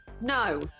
No